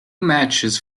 matches